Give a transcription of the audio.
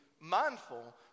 mindful